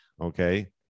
Okay